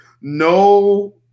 No